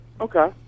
Okay